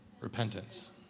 Repentance